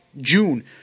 June